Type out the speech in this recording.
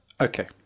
Okay